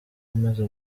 umaze